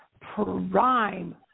prime